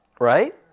right